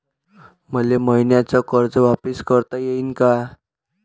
मले मईन्याचं कर्ज वापिस करता येईन का?